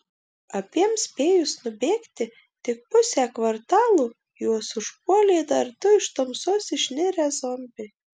abiem spėjus nubėgti tik pusę kvartalo juos užpuolė dar du iš tamsos išnirę zombiai